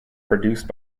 produced